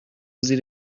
زیر